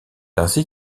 ainsi